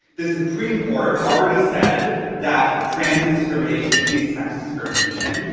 the supreme court already said that trans discrimination is sex discrimination.